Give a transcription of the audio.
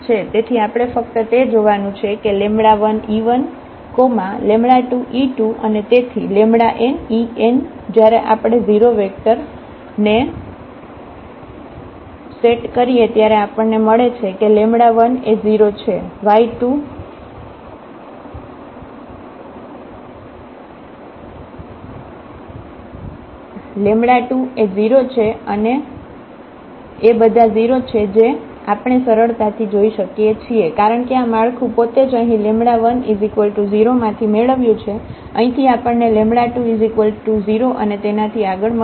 તેથી આપણે ફક્ત તે જોવાનું છે કે 1 e1 2 e2 અને તેથી n en જયારે આપણે 0 વેક્ટર ને સેટ કરીએ ત્યારે આપણને મળે છે કે 1 એ 0 છે 2 એ 0 છે અને એ બધા 0 છે જે આપણે સરળતાથી જોઈ શકીએ છીએ કારણ કે આ માળખું પોતે જ અહીં 10 માંથી મેળવ્યું છે અહીં થી આપણને 20 અને તેનાથી આગળ મળશે